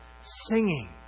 singing